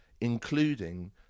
including